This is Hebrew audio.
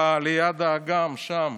ליד האגם שם,